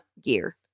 gear